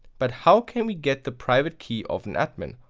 but how can we get the private key of an admin.